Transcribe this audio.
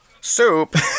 soup